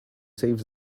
saves